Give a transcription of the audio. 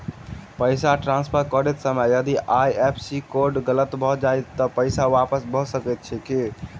पैसा ट्रान्सफर करैत समय यदि आई.एफ.एस.सी कोड गलत भऽ जाय तऽ पैसा वापस भऽ सकैत अछि की?